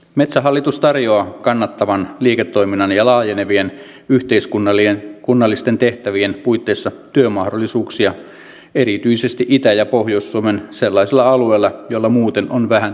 metsähallitus tarjoaa kannattavan liiketoiminnan ja laajenevien yhteiskunnallisten tehtävien puitteissa työmahdollisuuksia erityisesti itä ja pohjois suomen sellaisilla alueilla joilla muuten on vähän työpaikkoja